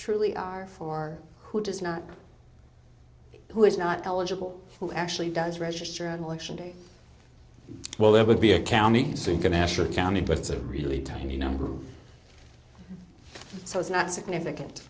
truly are for who does not who is not eligible who actually does register at election day well that would be a county sink a national county but it's a really tiny number so it's not significant